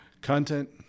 Content